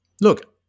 Look